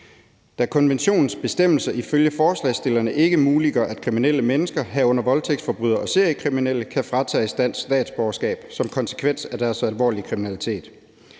da konventionens bestemmelser ifølge forslagsstillerne ikke muliggør, at kriminelle mennesker, herunder voldtægtsforbrydere og seriekriminelle, kan fratages dansk statsborgerskab som konsekvens af deres alvorlige kriminalitet.